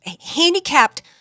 handicapped